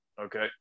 Okay